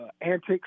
antics